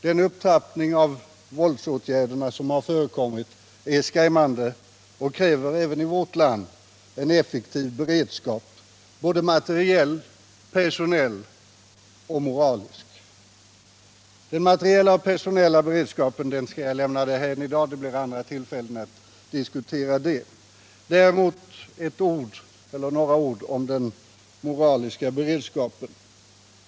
Den upptrappning av våldsåtgärderna som har förekommit är skrämmande och kräver även i vårt land en effektiv beredskap, såväl materiell och personell som moralisk. Den materiella och personella beredskapen skall jag i dag lämna därhän. Det blir andra tillfällen att diskutera detta. Däremot vill jag säga några ord om den moraliska beredskapen.